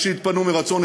אז שיתפנו מרצון.